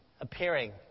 appearing